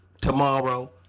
Tomorrow